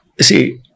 See